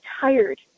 tired